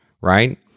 right